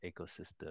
ecosystem